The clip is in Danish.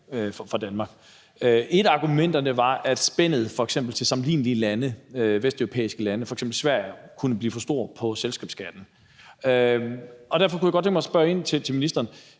for Danmark. Et af argumenterne var, at spændet i forhold til sammenlignelige vesteuropæiske lande, f.eks. Sverige, kunne blive for stort med hensyn til selskabsskatten. Derfor kunne jeg godt tænke mig at spørge ministeren: